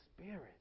spirit